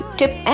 tip